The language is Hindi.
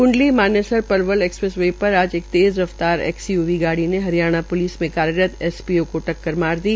क्डली मानेसर पलवल एक्सप्रेस वे पर आज एक तेज रफ्तार एसयूवी गाड़ी ने हरियाणा प्लिस में कार्यरत एसपीओ को टक्कर मार दी